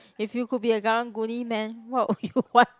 if you could be a karang-guni Man what would you want